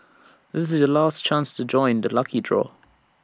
this is your last chance to join the lucky draw